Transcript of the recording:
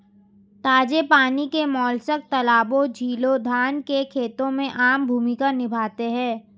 ताजे पानी के मोलस्क तालाबों, झीलों, धान के खेतों में आम भूमिका निभाते हैं